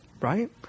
Right